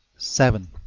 seven.